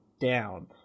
down